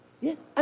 yes